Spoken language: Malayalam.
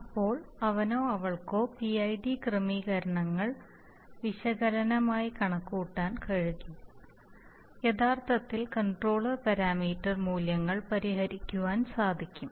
അപ്പോൾ അവനോ അവൾക്കോ PID ക്രമീകരണങ്ങൾ വിശകലനമായി കണക്കുകൂട്ടാൻ കഴിയും യഥാർത്ഥത്തിൽ കൺട്രോളർ പാരാമീറ്റർ മൂല്യങ്ങൾ പരിഹരിക്കുവാൻ സാധിക്കും